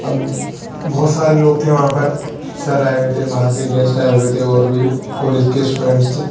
اب بہت سارے لوگ تھے وہاں پر سر آئے ہوئے تھے باہر سے گیسٹ آئے ہوئے تھے اور بھی کالج کے اسٹوڈنٹس تھے